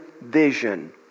vision